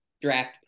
draft